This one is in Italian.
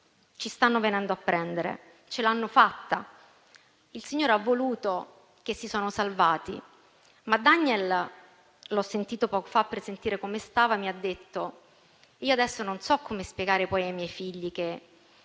ci stanno venendo a prendere, ce l'hanno fatta". Il Signore ha voluto che si salvassero, ma Daniel - l'ho sentito poco fa per sentire come stava - mi ha detto: «io adesso non so come spiegare poi a mio figlio che